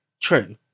true